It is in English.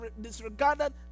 disregarded